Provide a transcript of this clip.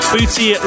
Booty